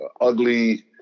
ugly